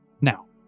Now